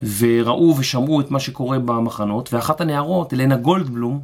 וראו ושמרו את מה שקורה במחנות, ואחת הנערות, אלנה גולדבלום,